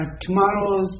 tomorrow's